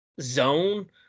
zone